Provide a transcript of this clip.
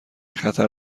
خطر